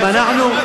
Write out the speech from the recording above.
אם אנחנו,